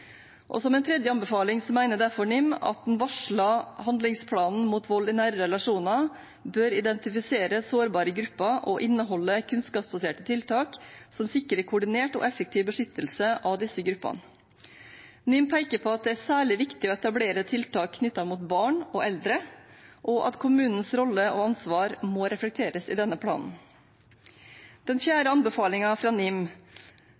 Som en tredje anbefaling mener derfor NIM at den varslede handlingsplanen mot vold i nære relasjoner bør identifisere sårbare grupper og inneholde kunnskapsbaserte tiltak som sikrer en koordinert og effektiv beskyttelse av disse gruppene. NIM peker på at det er særlig viktig å etablere tiltak knyttet til barn og eldre, og at kommunens rolle og ansvar må reflekteres i denne planen. Den fjerde anbefalingen fra NIM